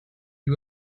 you